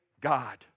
God